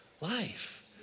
life